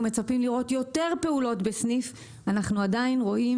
מצפים לראות יותר פעולות בסניף אבל אנחנו עדיין רואים